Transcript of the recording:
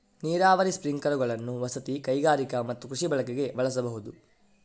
ನೀರಾವರಿ ಸ್ಪ್ರಿಂಕ್ಲರುಗಳನ್ನು ವಸತಿ, ಕೈಗಾರಿಕಾ ಮತ್ತು ಕೃಷಿ ಬಳಕೆಗೆ ಬಳಸಬಹುದು